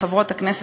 חברות הכנסת,